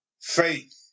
faith